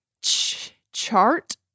chart